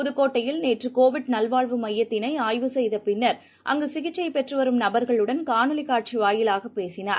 புதுக்கோட்டையில் நேற்றுகோவிட் நல்வாழ்வு மையத்தினைஆய்வு செய்தபின்னர் அங்குசிகிச்சைபெற்றுவரும் நபர்களுடன் காணொலிகாட்சிவாயிலாகபேசினார்